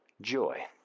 joy